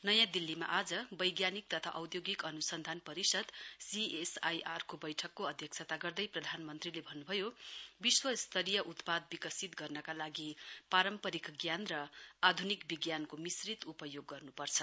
नयाँ दिल्लीमा आज बैज्ञानिक तथा औधोगिक अनुसन्धान परिषद सीएसआईआरको बैठकको अध्यक्षता गर्दै प्रधानमन्त्रीले भन्नुभयो विश्व स्तरीय उत्पाद विकसित गर्नका लागि पारम्परिक ज्ञान र आधुनिक विज्ञानको मिश्रित उपयोग गर्नुपर्छ